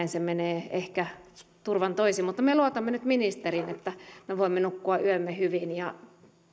näin se menee ehkä turvan toisi me luotamme nyt ministeriin että me voimme nukkua yömme hyvin ja